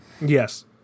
Yes